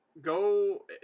go